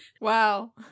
Wow